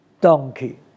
donkey